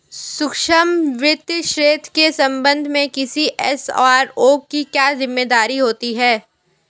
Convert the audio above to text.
सूक्ष्म वित्त क्षेत्र के संबंध में किसी एस.आर.ओ की क्या जिम्मेदारी होती है?